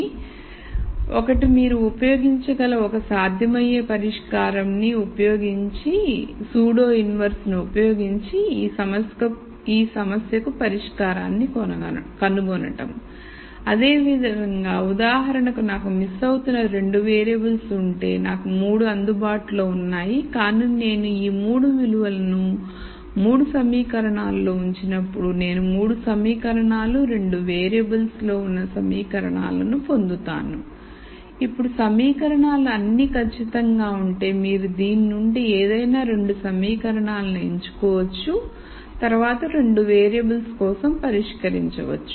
కాబట్టి ఒక మీరు ఉపయోగించగల ఒక సాధ్యమయ్యే పరిష్కారంpseudo inverse నీ ఉపయోగించి ఈ సమస్యకు పరిష్కారాన్ని కనుగొనడం అదేవిధంగా ఉదాహరణకు నాకు మిస్ అవుతున్న 2 వేరియబుల్స్ ఉంటే నాకు 3 అందుబాటులో ఉన్నాయి కానీ నేను ఈ 3 విలువలను 3 సమీకరణాలలో ఉంచినప్పుడు నేను 3 సమీకరణాలు 2 వేరియబుల్స్variables లో ఉన్న సమీకరణాలను పొందుతాను ఇప్పుడు సమీకరణాలు అన్నీ ఖచ్చితంగా ఉంటే మీరు దీని నుండి ఏదైనా 2 సమీకరణాలను ఎంచుకోవచ్చు తర్వాత 2 వేరియబుల్స్ కోసం పరిష్కరించవచ్చు